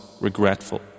regretful